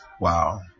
Wow